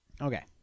Okay